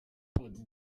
ati